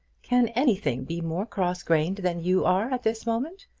can anything be more cross-grained than you are at this moment?